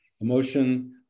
Emotion